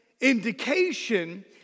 indication